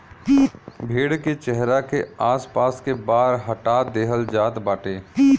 भेड़ के चेहरा के आस पास के बार हटा देहल जात बाटे